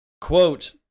quote